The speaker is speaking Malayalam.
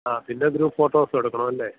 ആ പിന്നെ ഗ്രൂപ്പ് ഫോട്ടോസെടുക്കണവല്ലേ